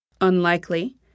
Unlikely